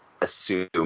assume